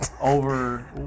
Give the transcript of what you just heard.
over